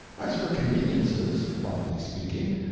as for conveniences, properly speaking,